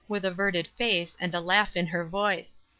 with averted face and a laugh in her voice.